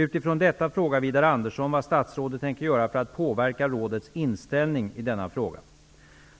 Utifrån detta frågar Widar Andersson vad statsrådet tänker göra för att påverka rådets inställning i denna fråga.